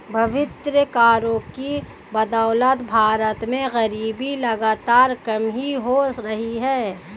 विभिन्न करों की बदौलत भारत में गरीबी लगातार कम हो रही है